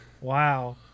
Wow